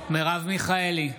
מרב מיכאלי,